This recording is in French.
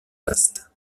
vaste